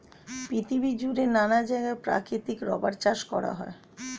পৃথিবী জুড়ে নানা জায়গায় প্রাকৃতিক রাবার চাষ করা হয়